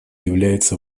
является